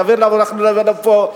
להעביר לפה,